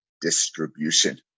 distribution